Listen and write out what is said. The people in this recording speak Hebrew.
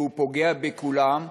והוא פוגע בכולם,